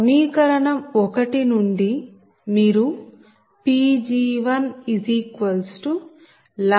సమీకరణం నుండి మీరు Pg1λ 410